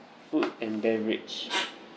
food and beverage